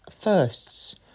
firsts